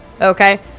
Okay